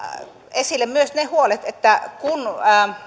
esille myös ne huolet että kun